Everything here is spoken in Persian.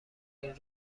این